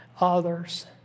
others